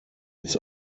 its